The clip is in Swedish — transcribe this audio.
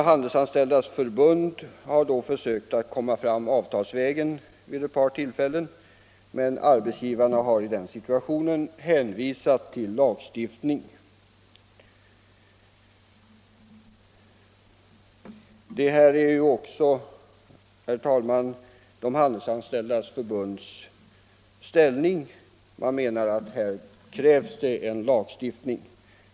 Handelsanställdas förbund har då försökt att komma fram avtalsvägen vid ett par tillfällen, men arbetsgivarna har i den situationen hänvisat till lagstiftning. Det är också, herr talman, Handelsanställdas förbunds inställning — man menar att här krävs det en lagstiftning.